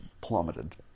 plummeted